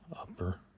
upper